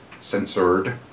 censored